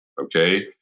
okay